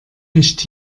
nicht